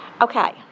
Okay